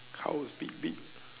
how is be be